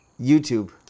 YouTube